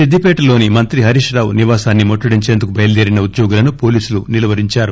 సిద్దిపేటలోని మంత్రి హరీష్ రావు నివాసాన్ని ముట్టడించేందుకు బయల్దేరిన ఉద్యోగులను పోలీసులు నిలువరించారు